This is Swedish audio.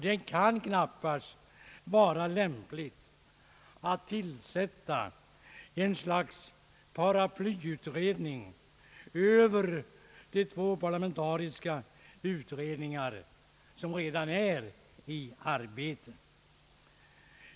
Det kan knappast vara lämpligt att tillsätta ett slags paraplyutredning över de två parlamentariska utredningar som redan är i arbete.